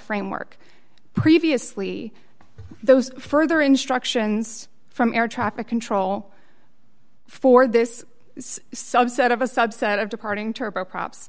framework previously those further instructions from air traffic control for this subset of a subset of departing turboprops